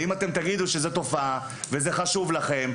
ואם תגידו שזו תופעה ושזה חשוב לכם,